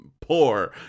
poor